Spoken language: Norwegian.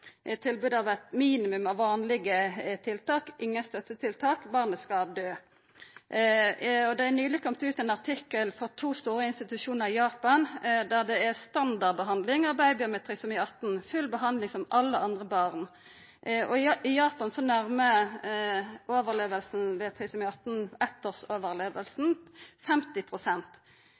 tilbod om eit minimum av vanlege tiltak, ingen støttetiltak – barnet skal døy. Det har nyleg kome ut ein artikkel frå to store institusjonar i Japan, der det er standardbehandling av babyar med trisomi 18 – full behandling som for alle andre barn. I